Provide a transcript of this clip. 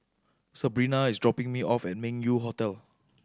Sebrina is dropping me off at Meng Yew Hotel